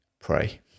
pray